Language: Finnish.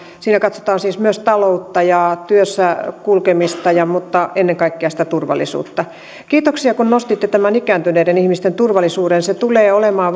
siinä katsotaan myös taloutta ja työssä kulkemista mutta ennen kaikkea sitä turvallisuutta kiitoksia kun nostitte tämän ikääntyneiden ihmisten turvallisuuden se tulee olemaan